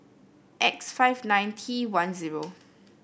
X five nine T one zero